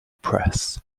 press